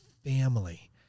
family